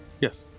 Yes